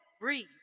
Breathe